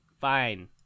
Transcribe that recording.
fine